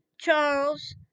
Charles